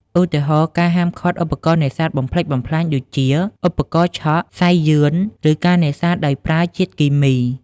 ឧទាហរណ៍ ការហាមឃាត់ឧបករណ៍នេសាទបំផ្លិចបំផ្លាញដូចជា ឧបករណ៍ឆក់ សៃយឺន ឬការនេសាទដោយប្រើជាតិគីមី។